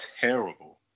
terrible